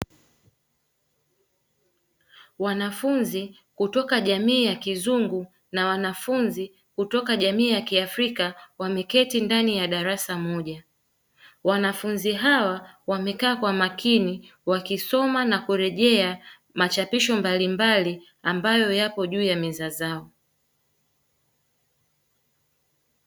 Wanafunzi kutoka jamii ya kizungu na wanafunzi kutoka jamii ya kiafrika wameketi ndani ya darasa moja. Wanafunzi hawa wamekaa Kwa makini wakisoma na kurejea machapisho mbalimbali ambayo yapo juu ya meza zao.